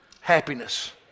happiness